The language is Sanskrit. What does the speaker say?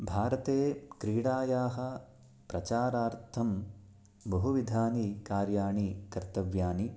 भारते क्रीडायाः प्रचारार्थं बहुविधानि कार्याणि कर्तव्यानि